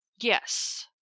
Yes